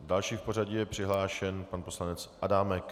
Jako další v pořadí je přihlášen pan poslanec Adámek.